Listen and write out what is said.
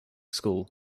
school